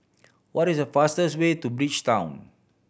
what is the fastest way to Bridgetown